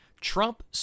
Trump